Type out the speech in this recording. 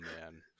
man